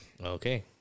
Okay